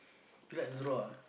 like to draw